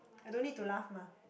I don't need to laugh mah